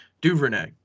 Duvernay